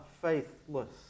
faithless